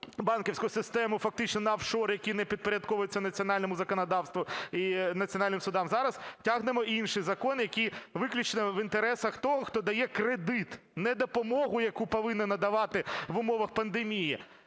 банківську систему фактично на офшори, які не підпорядковуються національному законодавству і національним судам. Зараз тягнемо інший закон, який виключно в інтересах того, хто дає кредит, не допомогу, яку повинні надавати в умовах пандемії,